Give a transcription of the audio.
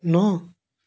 ন